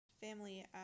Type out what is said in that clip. family